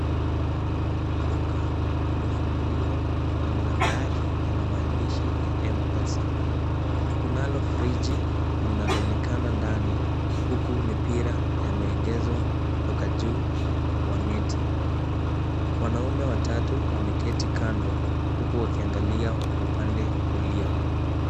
Duka limefunguliwa na mlango yake yana maandishi ya mpesa. Kunalo friji linalo onekana ndani huku mipira yameegezwa kutoka juu kwa neti. Wanaume watatu wameketi kando huku wakiangalia upande wa kulia.